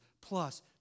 plus